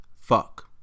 Fuck